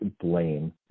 blame